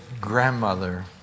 grandmother